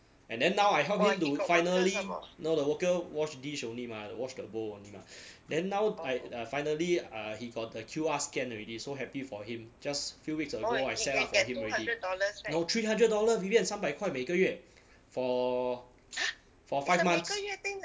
and then now I help him to finally now the worker wash dish only mah wash the bowl only mah then now I err finally uh he got the Q_R scan already so happy for him just few weeks ago I set up for him already no three hundred dollar vivian 三百块每个月 for for five months